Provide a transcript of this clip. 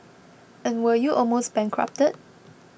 and were you almost bankrupted